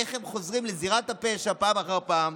איך הם חוזרים לזירת הפשע פעם אחר פעם,